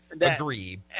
agree